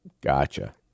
Gotcha